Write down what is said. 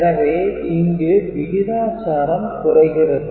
எனவே இங்கு விகிதாச்சாரம் குறைகிறது